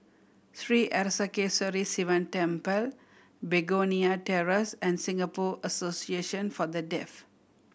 Sri Arasakesari Sivan Temple Begonia Terrace and Singapore Association For The Deaf